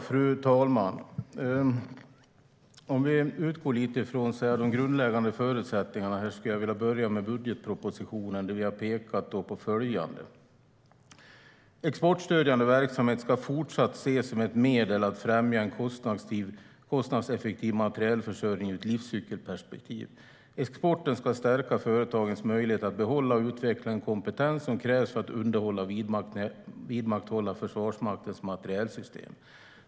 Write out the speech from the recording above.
Fru talman! Låt oss utgå från de grundläggande förutsättningarna. Jag skulle vilja börja med budgetpropositionen, där vi har pekat på följande: "Exportstödjande verksamhet ska fortsatt ses som ett medel för att främja en kostnadseffektiv materielförsörjning ur ett livscykelperspektiv. Exporten ska stärka företagens möjligheter att behålla och utveckla den kompetens som krävs för att underhålla och vidmakthålla Försvarsmaktens materielsystem.